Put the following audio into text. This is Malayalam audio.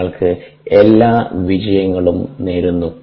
നിങ്ങൾക്ക് എല്ലാ വിജയങ്ങളും നേരുന്നു